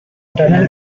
tunnel